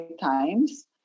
times